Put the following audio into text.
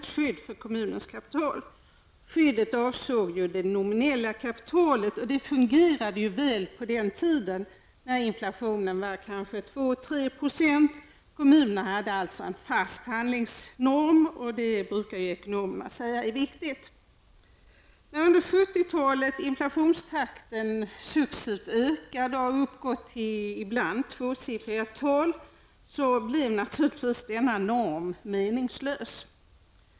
Skyddet avsåg det nominella kapitalet, och det fungerade väl på den tiden då inflationen kanske var 2--3 %. Kommunerna hade alltså en fast handlingsnorm, något som ekonomerna brukar säga är viktigt. När under 1970-talet inflationstakten successivt ökade -- den uppgick ibland till tvåsiffriga tal -- blev naturligtvis denna norm meningslös.